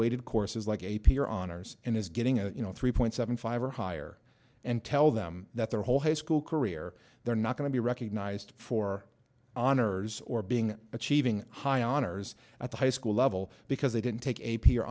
weighted courses like a p or honors and is getting a you know three point seven five or higher and tell them that their whole high school career they're not going to be recognized for honors or being achieving high honors at the high school level because they didn't take a p